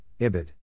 IBID